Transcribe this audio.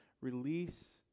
Release